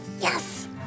yes